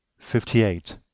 fifty eight.